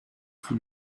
vous